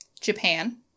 Japan